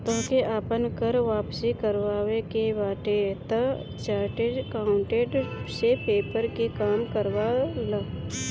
तोहके आपन कर वापसी करवावे के बाटे तअ चार्टेड अकाउंटेंट से पेपर के काम करवा लअ